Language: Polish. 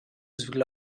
zwykle